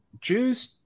Jews